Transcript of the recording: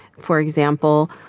for example,